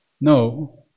No